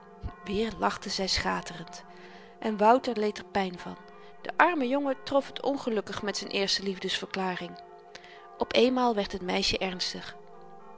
weer lachte zy schaterend en wouter leed er pyn van de arme jongen trof t ongelukkig met z'n eerste liefdesverklaring op eenmaal werd het meisjen ernstig